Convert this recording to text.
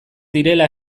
direla